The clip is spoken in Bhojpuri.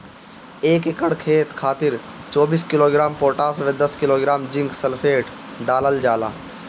एक एकड़ खेत खातिर चौबीस किलोग्राम पोटाश व दस किलोग्राम जिंक सल्फेट डालल जाला?